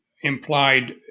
implied